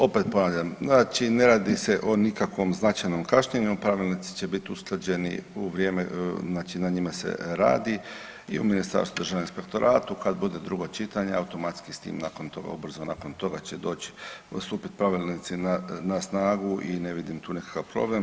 Opet ponavljam znači ne radi se o nikakvom značajnom kašnjenju, pravilnici će biti usklađeni u vrijeme, znači na njima se radi i u ministarstvu i Državnom inspektoratu, kad bude drugo čitanje automatski s tim nakon toga, ubrzo nakon toga će doći stupit pravilnici na snagu i ne vidim tu nekakav problem.